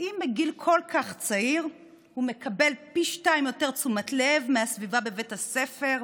אם בגיל כל כך צעיר הוא מקבל פי שניים יותר תשומת לב מהסביבה בבית הספר,